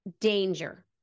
danger